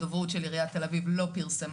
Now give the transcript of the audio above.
הדוברות של עיריית תל אביב לא פרסמה